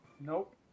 Nope